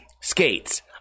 Skates